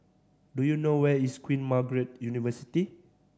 do you know where is Queen Margaret University